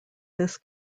this